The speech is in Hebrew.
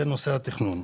זה נושא התכנון.